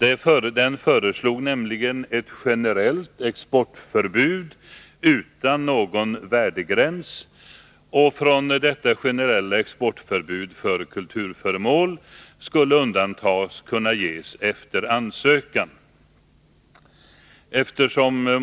I den föreslog man nämligen ett generellt exportförbud utan någon värdegräns, och från detta generella exportförbud för kulturföremål skulle undantag kunna medges efter ansökan.